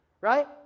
Right